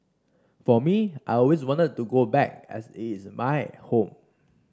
for me I always want to go back as it is my home